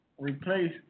replace